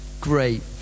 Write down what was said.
Great